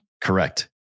Correct